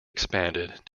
expanded